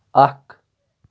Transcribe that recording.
اکھ